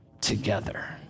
together